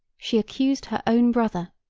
she accused her own brother,